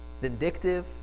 vindictive